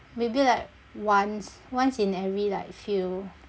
maybe like once once in every like few